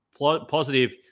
positive